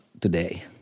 today